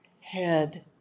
head